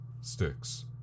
Sticks